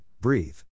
breathe